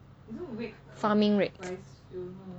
farming rake